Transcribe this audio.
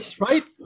right